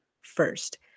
first